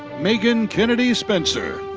meghan kennedy spencer.